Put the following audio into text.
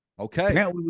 Okay